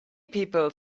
people